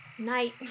Night